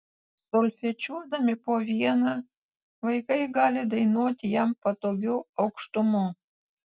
solfedžiuodami po vieną vaikai gali dainuoti jam patogiu aukštumu